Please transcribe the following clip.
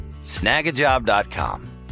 Snagajob.com